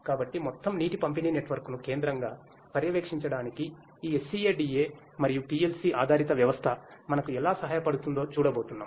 కాబట్టి మొత్తం నీటి పంపిణీనెట్వర్క్నుకేంద్రంగా పర్యవేక్షించడానికి ఈ SCADA మరియు PLC ఆధారిత వ్యవస్థ మనకు ఎలా సహాయపడుతుందో చూడబోతున్నాం